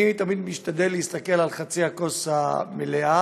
אני תמיד משתדל להסתכל על חצי הכוס המלאה,